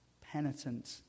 penitent